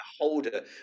holder